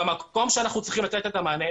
במקום שאנחנו צריכים לתת את המענה,